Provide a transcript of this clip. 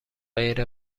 غیر